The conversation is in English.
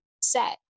set